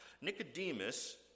Nicodemus